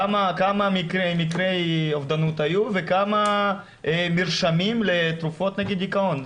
כמה מקרי אובדנות היו וכמה מרשמים לתרופות נגד דיכאון.